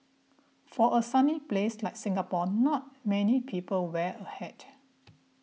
for a sunny place like Singapore not many people wear a hat